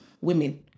Women